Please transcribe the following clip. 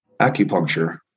acupuncture